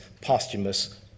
posthumous